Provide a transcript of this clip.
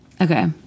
okay